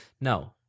No